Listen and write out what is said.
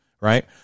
right